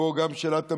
בו גם שאלת המיגון,